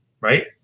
right